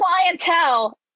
clientele